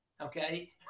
Okay